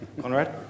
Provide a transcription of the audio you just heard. Conrad